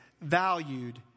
valued